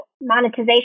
monetization